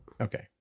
Okay